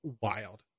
wild